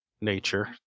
nature